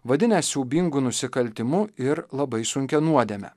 vadinęs siaubingu nusikaltimu ir labai sunkia nuodėme